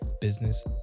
business